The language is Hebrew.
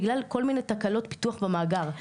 בגלל כל מיני תקלות פיתוח במאגר.